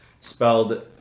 spelled